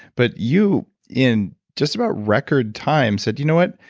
but, you, in just about record time, said do you know what?